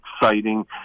exciting